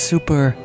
super